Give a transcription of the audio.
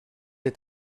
est